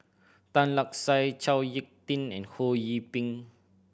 Tan Lark Sye Chao Hick Tin and Ho Yee Ping